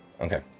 okay